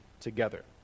together